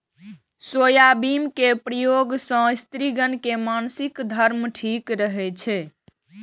soybean के प्रयोग सं स्त्रिगण के मासिक धर्म ठीक रहै छै